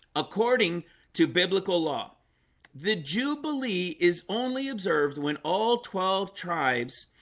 according to biblical law the jubilee is only observed when all twelve tribes